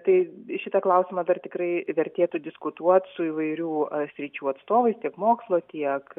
tai šitą klausimą dar tikrai vertėtų diskutuot su įvairių sričių atstovais tiek mokslo tiek